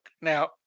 Now